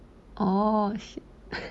orh sh~